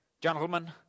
gentlemen